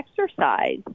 exercise